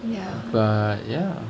but ya